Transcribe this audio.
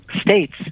states